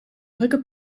drukke